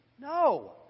No